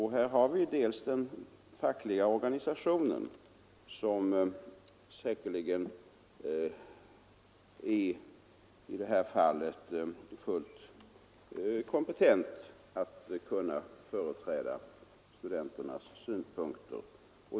Här har vi den fackliga organisationen, som säkerligen i detta fall är fullt kompetent att företräda studenternas synpunkter.